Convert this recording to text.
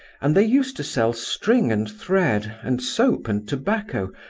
and they used to sell string and thread, and soap and tobacco,